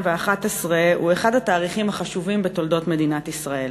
הוא אחד התאריכים החשובים בתולדות מדינת ישראל.